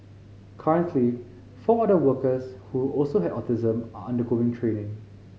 currently four other workers who also have autism are undergoing training